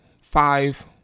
five